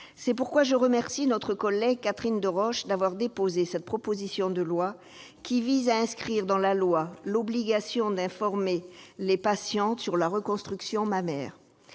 C'est pourquoi je remercie notre collègue Catherine Deroche d'avoir déposé cette proposition de loi qui vise à inscrire dans la loi l'obligation d'informer les patientes sur la reconstruction mammaire.